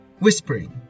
whispering